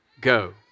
go